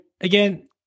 again